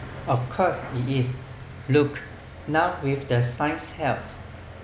of course it is look now with the science help